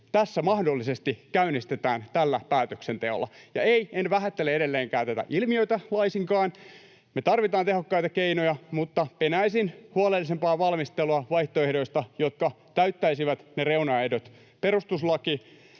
tässä mahdollisesti käynnistetään tällä päätöksenteolla. Ei, en vähättele edelleenkään tätä ilmiötä laisinkaan, me tarvitaan tehokkaita keinoja, mutta penäisin huolellisempaa valmistelua vaihtoehdoista, jotka täyttäisivät ne reunaehdot — perustuslaki,